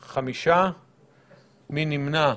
5. מי נמנע?